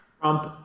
Trump